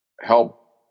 help